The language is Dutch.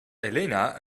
elena